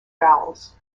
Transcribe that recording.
vowels